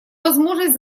возможность